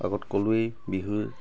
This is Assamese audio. আগত ক'লোঁৱে বিহুৰ